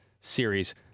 series